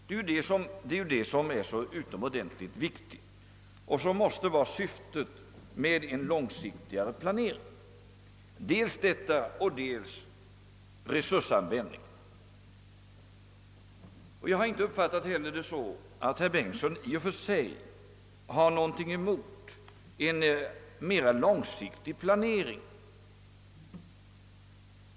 Det är det som är så utomordentligt viktigt, och det är det som jämte resursanvändningen måste vara syftet med en långsiktigare planering. Jag har inte heller uppfattat herr Bengtson så att han i och för sig har någonting emot en mera långsiktig planering.